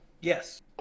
yes